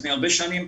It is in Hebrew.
לפני הרבה שנים,